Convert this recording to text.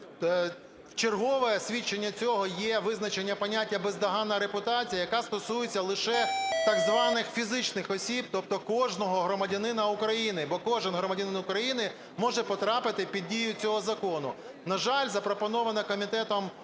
Вчергове свідченням цього є визначення поняття "бездоганна репутація", яка стосується лише так званих фізичних осіб, тобто кожного громадянина України. Бо кожен громадянин України може потрапити під дію цього закону. На жаль, запропонована комітетом